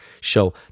show